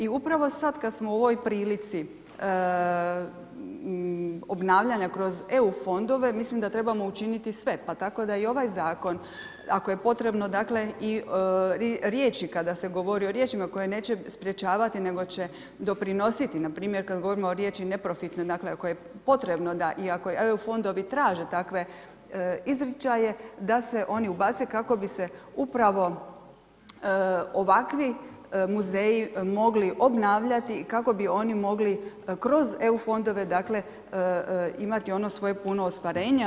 I upravo sada kada smo u ovoj prilici obnavljanja kroz eu fondove mislim da trebamo učiniti sve pa tako da i ovaj zakon ako je potrebno i riječi kada se govori o riječima koje neće sprečavati nego će doprinositi, npr. kada govorimo o riječi neprofitni, dakle ako je potrebno iako eu fondovi traže takve izričaje da se oni ubace kako bi se upravo ovakvi muzeji mogli obnavljati kako bi oni mogli kroz eu fondove imati ono svoje puno ostvarenje.